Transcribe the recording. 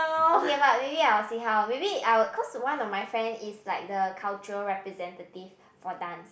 okay but maybe I will see how maybe I will cause one of my friend is like the culture representative for dance